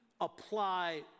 apply